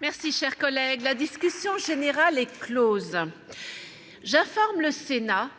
prochaine. La discussion générale est close. J'informe le Sénat